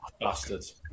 Bastards